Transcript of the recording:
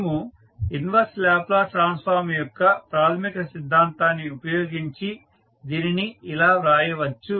మనము inverse Laplace transform యొక్క ప్రాథమిక సిద్ధాంతాన్ని ఉపయోగించి దీనిని ఇలా రాయవచ్చు